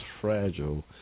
fragile